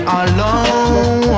alone